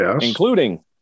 including